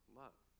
love